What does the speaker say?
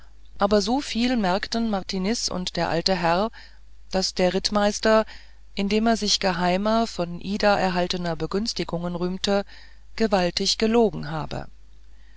aber so viel merkte martiniz und der alte herr daß der rittmeister indem er sich geheimer von ida erhaltener begünstigungen rühmte gewaltig gelogen habe